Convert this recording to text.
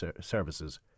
services